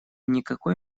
никакой